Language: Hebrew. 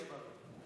שיהיה בריא.